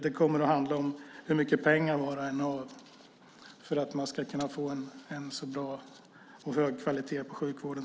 Det kommer att handla om hur mycket pengar man har för att man ska kunna få en hög kvalitet på sjukvården.